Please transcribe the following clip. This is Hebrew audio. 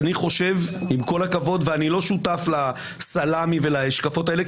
אני חושב עם כל הכבוד ואני לא שותף לסלמי ולהשקפות האלה,